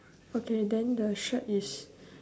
okay then the shirt is